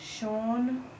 Sean